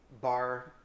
bar